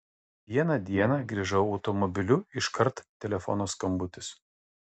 vieną dieną grįžau automobiliu iškart telefono skambutis